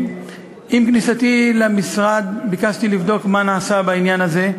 עם כניסתי למשרד ביקשתי לבדוק מה נעשה בעניין הזה.